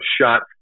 shot